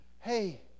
hey